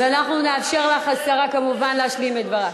ואנחנו נאפשר לך, השרה, כמובן להשלים את דברייך.